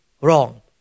wrong